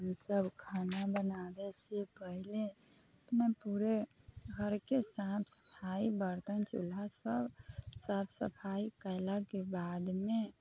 हम सभ खाना बनाबैसँ पहले अपना पूरे घरके साफ सफाइ बर्तन चूल्हा सभ साफ सफाइ कयलाके बादमे